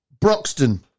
Broxton